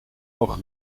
nog